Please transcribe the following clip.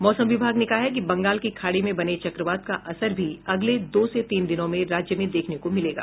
मौसम विभाग ने कहा है कि बंगाल की खाड़ी में बने चक्रवात का असर भी अगले दो से तीन दिनों में राज्य में देखने को मिलेगा